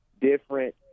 different